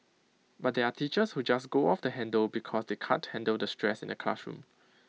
but there are teachers who just go off the handle because they can't handle the stress in the classroom